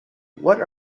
what